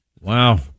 Wow